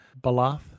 Balath